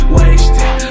wasted